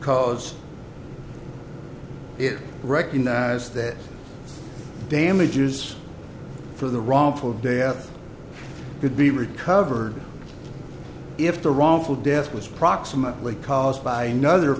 cause it recognizes that damages for the wrongful death could be recovered if the wrongful death was proximately caused by another